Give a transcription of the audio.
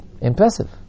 impressive